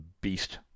beast